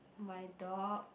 my dog